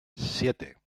siete